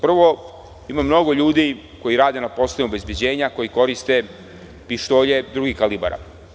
Prvo, ima mnogo ljudi koji rade na poslovima obezbeđenja i koji koriste pištolje drugih kalibara.